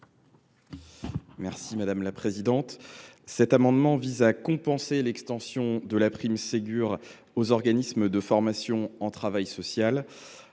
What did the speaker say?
M. Simon Uzenat. Cet amendement vise à compenser l’extension de la prime Ségur aux organismes de formation en travail social.